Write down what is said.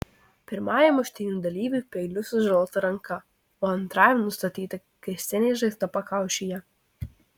pirmajam muštynių dalyviui peiliu sužalota ranka o antrajam nustatyta kirstinė žaizda pakaušyje